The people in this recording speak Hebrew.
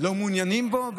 אנחנו לא מעוניינים בו,